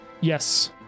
Yes